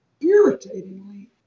irritatingly